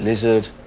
lizard